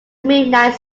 midnight